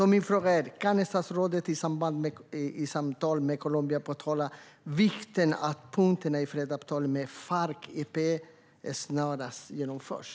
Min fråga är: Kan statsrådet i samtal med Colombia betona vikten av att punkterna i fredsavtalet med Farc-EP snarast genomförs?